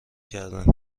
کردن